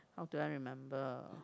how do I remember